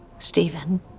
Stephen